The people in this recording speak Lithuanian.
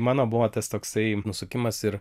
mano buvo tas toksai nusukimas ir